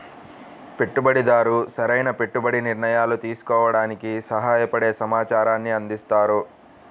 పెట్టుబడిదారు సరైన పెట్టుబడి నిర్ణయాలు తీసుకోవడానికి సహాయపడే సమాచారాన్ని అందిస్తారు